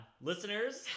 Listeners